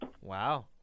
Wow